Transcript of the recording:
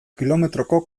kilometroko